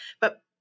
but-